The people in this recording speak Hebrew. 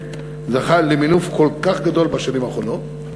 זכה למינוף כל כך גדול בשנים האחרונות,